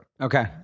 Okay